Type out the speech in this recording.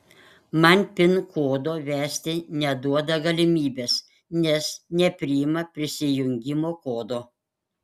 man pin kodo vesti neduoda galimybės nes nepriima prisijungimo kodo